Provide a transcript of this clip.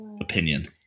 opinion